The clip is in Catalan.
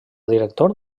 director